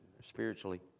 spiritually